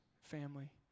family